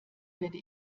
werde